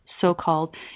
so-called